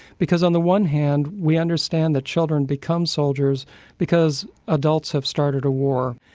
because on the one hand we understand that children become soldiers because adults have started a war.